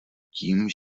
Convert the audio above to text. tím